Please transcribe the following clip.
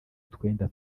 utwenda